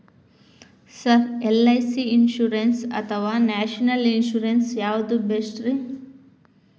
Sir LIC insurance ಅಥವಾ national insurance ಯಾವುದು ಬೆಸ್ಟ್ರಿ?